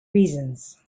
reasons